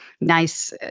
nice